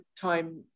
time